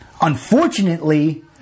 Unfortunately